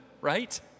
right